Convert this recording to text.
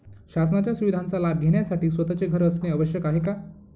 शासनाच्या सुविधांचा लाभ घेण्यासाठी स्वतःचे घर असणे आवश्यक आहे का?